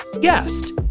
guest